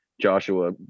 Joshua